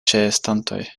ĉeestantoj